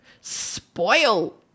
spoil